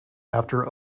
after